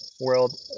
World